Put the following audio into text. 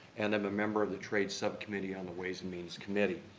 and i'm a member of the trade subcommittee on the ways and means committee.